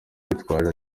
yitwaje